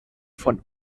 von